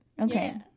okay